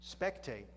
spectate